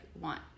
want